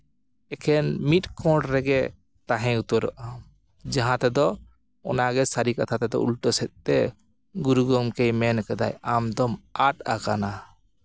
ᱮᱠᱷᱮᱱ ᱢᱤᱫ ᱠᱚᱬ ᱨᱮᱜᱮ ᱛᱟᱦᱮᱸ ᱩᱛᱟᱹᱨᱚᱜ ᱟᱢ ᱡᱟᱦᱟᱸ ᱛᱮᱫᱚ ᱚᱱᱟᱜᱮ ᱥᱟᱹᱨᱤ ᱠᱟᱛᱷᱟ ᱛᱮᱫᱚ ᱩᱞᱴᱟᱹ ᱥᱮᱜ ᱛᱮ ᱜᱩᱨᱩ ᱜᱚᱢᱠᱮ ᱢᱮᱱ ᱠᱟᱫᱟᱭ ᱟᱢ ᱫᱚᱢ ᱟᱫ ᱟᱠᱟᱱᱟ